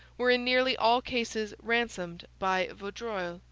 were in nearly all cases ransomed by vaudreuil,